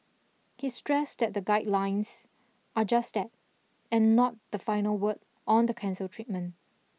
he stressed that the guidelines are just that and not the final word on the cancer treatment